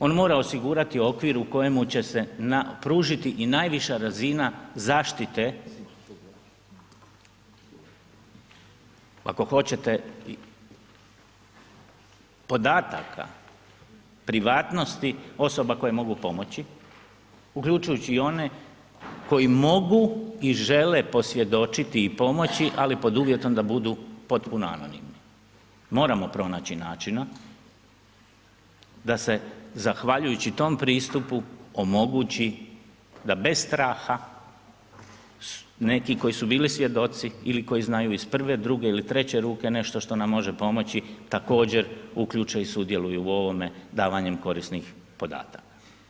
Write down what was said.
On mora osigurati okvir u kojemu će se pružiti i najviša razina zaštite ako hoćete, podataka privatnosti osoba koje mogu pomoći uključujući i one koji mogu i žele posvjedočit i pomoći ali pod uvjetom da budu potpuno anonimni, moramo pronaći načina da se zahvaljujući tom pristupu omogući da bez straha neki koji su bili svjedoci ili koji znaju iz prve, druge ili treće ruke nešto što nam može pomoći također uključe i sudjeluju u ovome davanjem korisnih podataka.